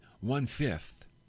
one-fifth